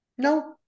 No